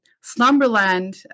slumberland